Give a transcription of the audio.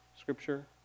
Scripture